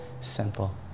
simple